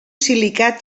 silicat